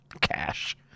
cash